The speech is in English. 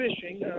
fishing